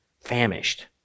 famished